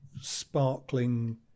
sparkling